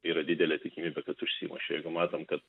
yra didelė tikimybė kad užsimušė jeigu matom kad